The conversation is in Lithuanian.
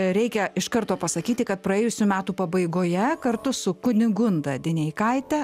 reikia iš karto pasakyti kad praėjusių metų pabaigoje kartu su kunigunda dineikaite